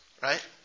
right